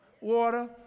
water